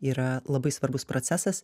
yra labai svarbus procesas